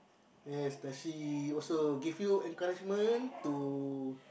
yes does she also give you encouragement to